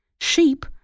Sheep